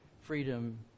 freedom